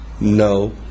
No